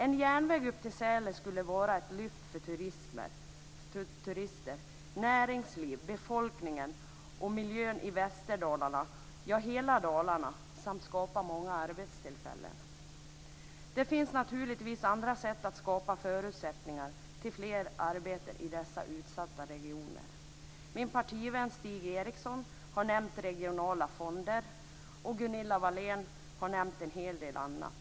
En järnväg till Sälen skulle vara ett lyft för turister, näringsliv, befolkningen och miljön i Västerdalarna - i hela Dalarna - samt skapa många arbetstillfällen. Det finns naturligtvis andra sätt att skapa förutsättningar för fler arbeten i dessa utsatta regioner. Min partivän Stig Eriksson har nämnt regionala fonder, och Gunilla Wahlén har nämnt en hel del annat.